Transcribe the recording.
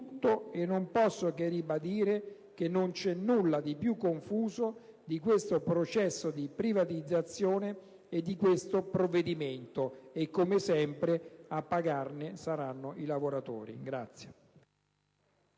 e non posso che ribadire che non c'è nulla di più confuso di questo processo di privatizzazione e di questo provvedimento. Come sempre, a pagare saranno i lavoratori.